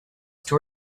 too